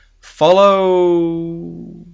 Follow